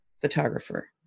photographer